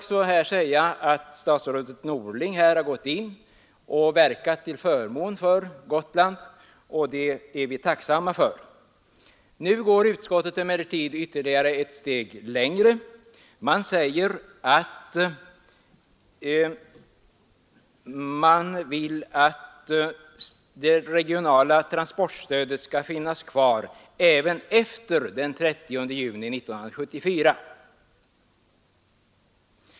Statsrådet Norling har här gått in och verkat till förmån för Gotland, och det är vi tacksamma för. Nu går utskottet emellertid ett steg längre. Man vill nämligen att det regionala transportstödet skall finnas kvar även efter den 30 juni 1974.